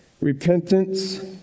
repentance